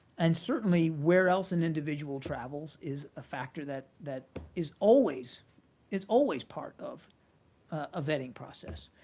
and certainly, where else an individual travels is a factor that that is always it's always part of a vetting process.